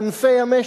ענפי המשק,